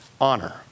honor